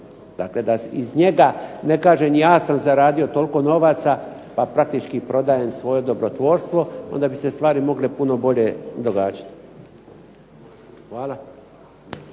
dakle da iz njega ne kažem ja sam zaradio toliko novaca pa praktički prodajem svoje dobrotvorstvo onda bi se stvari mogle puno bolje događati. Hvala.